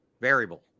Variable